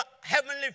heavenly